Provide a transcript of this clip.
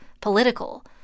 political